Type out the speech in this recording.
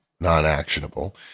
non-actionable